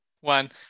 one